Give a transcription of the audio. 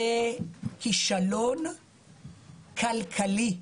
בכישלון כלכלי.